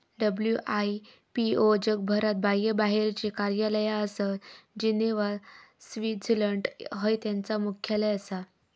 WIPO जगभरात बाह्यबाहेरची कार्यालया आसत, जिनेव्हा, स्वित्झर्लंड हय त्यांचा मुख्यालय आसा